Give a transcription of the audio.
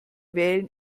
wählen